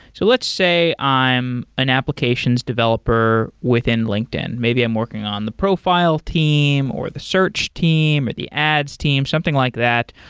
so let's say i'm an applications developer within linkedin. maybe i'm working on the profile team, or the search team, or the ads team. something like that.